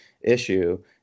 issue